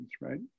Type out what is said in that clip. right